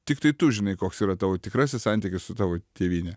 tiktai tu žinai koks yra tavo tikrasis santykis su tavo tėvyne